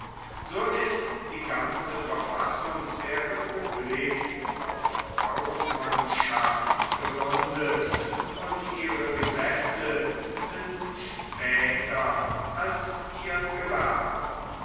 so ist die ganze verfassung der republik auf kaufmannschaft gegründet und ihre gesetze sind später als ihr gewerbe